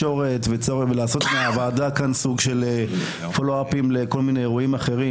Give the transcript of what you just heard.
תקשורת ולעשות מהוועדה סוג של פולו אפ לכל מיני אירועים אחרים.